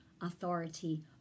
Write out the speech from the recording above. authority